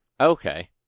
Okay